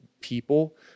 people